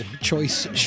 choice